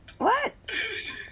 what